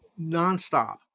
nonstop